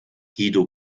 guido